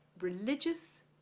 religious